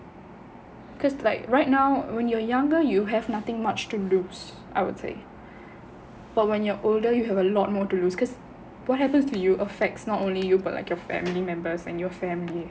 because like right now when you are younger you have nothing much to lose I would say but when you are older you have a lot more to lose because what happens to you affects not only you but like your family members and your family